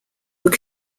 were